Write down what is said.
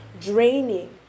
draining